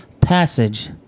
passage